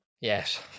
yes